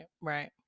right